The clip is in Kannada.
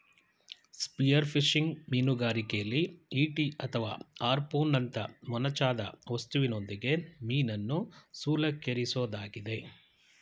ಸ್ಪಿಯರ್ಫಿಶಿಂಗ್ ಮೀನುಗಾರಿಕೆಲಿ ಈಟಿ ಅಥವಾ ಹಾರ್ಪೂನ್ನಂತ ಮೊನಚಾದ ವಸ್ತುವಿನೊಂದಿಗೆ ಮೀನನ್ನು ಶೂಲಕ್ಕೇರಿಸೊದಾಗಿದೆ